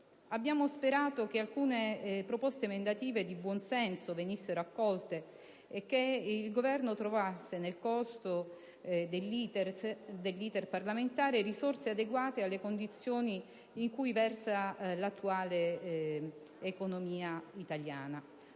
Abbiamo sperato che alcune proposte emendative di buon senso venissero accolte e che il Governo trovasse, nel corso dell'*iter* parlamentare, risorse adeguate alle condizioni in cui versa attualmente l'economia italiana.